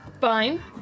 Fine